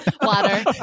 water